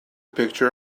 picture